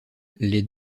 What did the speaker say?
les